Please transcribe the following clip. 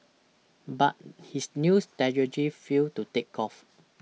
but his new strategy failed to take off